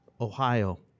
Ohio